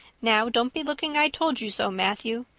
now, don't be looking i told-you-so, matthew.